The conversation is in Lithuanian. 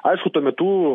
aišku tuo metu